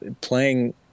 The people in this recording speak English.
playing